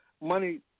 money